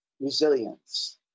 resilience